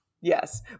Yes